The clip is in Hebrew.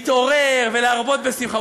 ולהתעורר ולהרבות בשמחה,